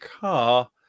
car